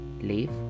leave